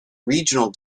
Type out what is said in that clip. regional